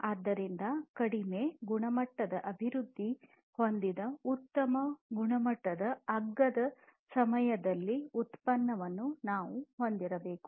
ಆದ್ದರಿಂದ ಕಡಿಮೆ ಗುಣಮಟ್ಟದ ಅಭಿವೃದ್ಧಿ ಹೊಂದಿದ ಉತ್ತಮ ಗುಣಮಟ್ಟದ ಅಗ್ಗದ ಸಮಯದಲ್ಲಿ ಉತ್ಪನ್ನವನ್ನು ನಾವು ಹೊಂದಿರಬೇಕು